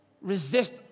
resist